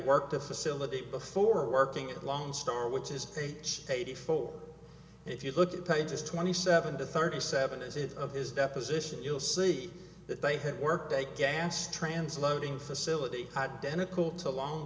work the facility before working at lone star which is page eighty four if you look at pages twenty seven to thirty seven is it of his deposition you'll see that they had worked a gas trance loading facility identical to lon